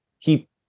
keep